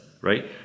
right